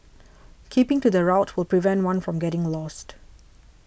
keeping to the route will prevent one from getting lost